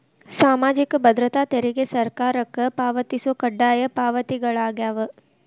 ಸಾಮಾಜಿಕ ಭದ್ರತಾ ತೆರಿಗೆ ಸರ್ಕಾರಕ್ಕ ಪಾವತಿಸೊ ಕಡ್ಡಾಯ ಪಾವತಿಗಳಾಗ್ಯಾವ